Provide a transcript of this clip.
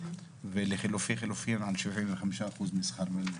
ולחלופי חילופין על 75% משכר המינימום.